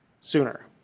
sooner